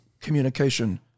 communication